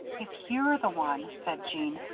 if you're the one, said jeanne,